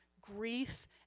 grief